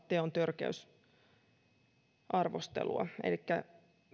teon törkeysarvostelua elikkä sitä